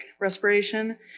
respiration